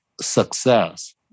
success